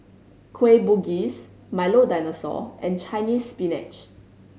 Kueh Bugis Milo Dinosaur and Chinese Spinach